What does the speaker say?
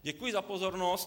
Děkuji za pozornost.